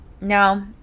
Now